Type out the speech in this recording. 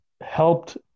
helped